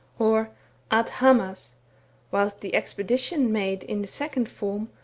or at hamaz whilst the expedition made in the second form,